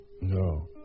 No